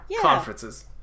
Conferences